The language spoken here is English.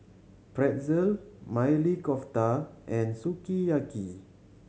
Pretzel Maili Kofta and Sukiyaki